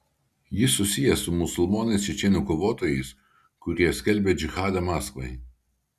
jis susijęs su musulmonais čečėnų kovotojais kurie skelbia džihadą maskvai